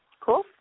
Cool